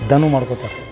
ದಣು ಮಾಡ್ಕೊತಾರೆ